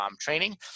training